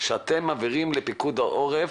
שאתם מעבירים לפיקוד העורף